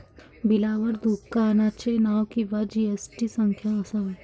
बिलावर दुकानाचे नाव किंवा जी.एस.टी संख्या असावी